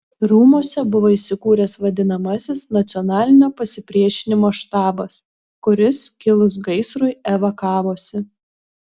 rūmuose buvo įsikūręs vadinamasis nacionalinio pasipriešinimo štabas kuris kilus gaisrui evakavosi